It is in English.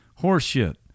Horseshit